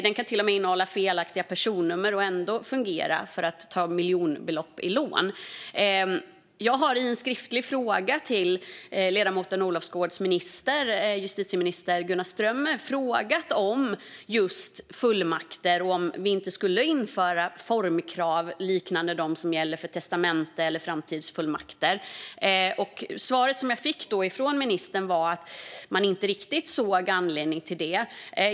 Den kan till och med innehålla felaktiga personnummer och ändå fungera för att ta lån på miljonbelopp. Jag har i en skriftlig fråga till ledamoten Olofsgårds minister, justitieminister Gunnar Strömmer, frågat om just fullmakter och om vi inte skulle införa formkrav liknande dem som gäller för testamenten eller framtidsfullmakter. Svaret, som jag fick från ministern, var att man inte riktigt såg anledning till det.